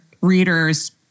reader's